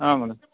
आम्